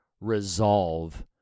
resolve